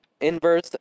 inverse